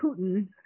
Putin